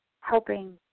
helping